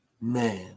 Man